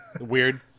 weird